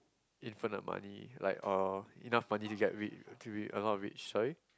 infinite money like uh enough money to get rich to be a lot of rich sorry